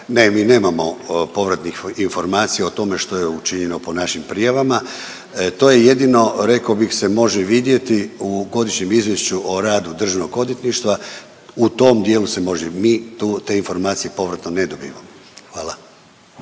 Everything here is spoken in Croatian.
ne mi nemamo povratnih informacija o tome što je učinjeno po našim prijavama. To je jedino rekao bih se može vidjeti u Godišnjem izvješću o radu Državnog odvjetništva, u tom dijelu se može. Mi te informacije povratno ne dobijemo. Hvala.